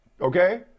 Okay